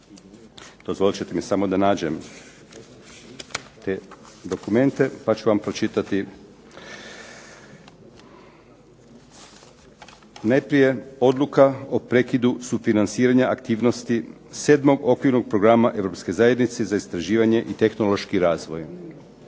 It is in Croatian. Dozvolit ćete mi samo da nađem te dokumente pa ću vam pročitati. Najprije odluka o prekidanju sufinanciranja aktivnosti 7. okvirnog programa europske zajednice za istraživanje i tehnološki razvoj.